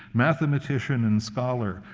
mathematician and scholar,